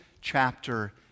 chapter